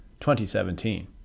2017